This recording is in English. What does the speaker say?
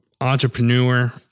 entrepreneur